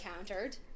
encountered